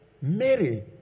Mary